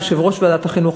יושב-ראש ועדת החינוך,